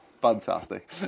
fantastic